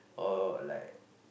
all like